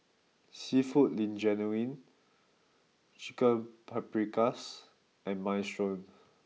seafood Linguine Chicken Paprikas and Minestrone